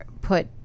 put